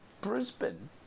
Brisbane